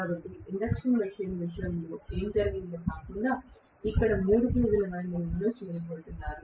కాబట్టి induction machine విషయంలో ఏమి జరిగిందో కాకుండా మీరు ఇక్కడ మూడు ఫేజ్ ల వైండింగ్ చేయబోతున్నారు